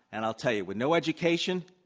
and i'll tell you, with no education,